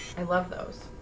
i love those